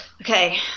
okay